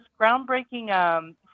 groundbreaking